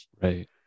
Right